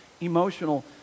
emotional